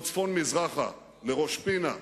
או צפון-מזרחה לראש-פינה,